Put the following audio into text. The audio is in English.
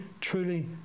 truly